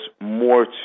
more